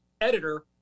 editor